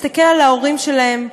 להסתכל על ההורים שלהם,